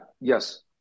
yes